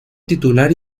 titular